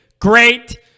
great